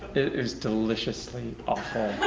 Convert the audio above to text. it was deliciously awful.